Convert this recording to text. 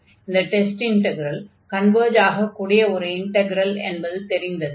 இந்த test integral converge ஆகக்கூடிய ஒரு இன்டக்ரல் என்பது தெரிந்ததே